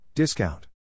Discount